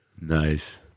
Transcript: Nice